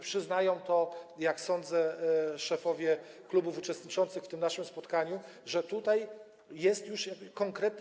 Przyznają to, jak sądzę, szefowie klubów uczestniczących w naszym spotkaniu, że tutaj jest już konkretny.